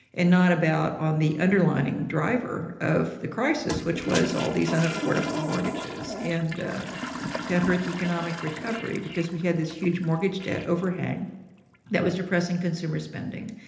and not about on the underlining driver of the crisis which was all these unaffordable mortgages. and that hurt the economic recovery, because we had this huge mortgage debt overhang that was depressing consumer spending,